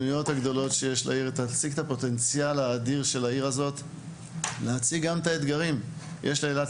את הפוטנציאל האדיר ואת האתגרים; יש לאילת